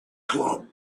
club